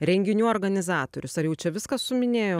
renginių organizatorius ar jaučia viską suminėjau